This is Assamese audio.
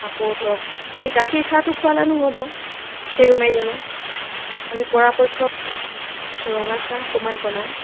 আকৌ ধৰক আমি গাখীৰ চাহটো খোৱালে নহ'ব সেই বেমাৰীজনক আমি পৰাপক্ষত ৰঙাচাহ অকণমান বনাই